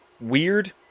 weird